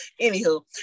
Anywho